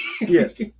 Yes